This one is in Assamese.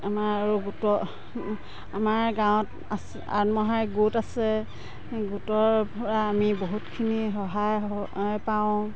আমাৰ আৰু গোটৰ আমাৰ গাঁৱত আছে আত্মসহায়ক গোট আছে গোটৰ পৰা আমি বহুতখিনি সহায় পাওঁ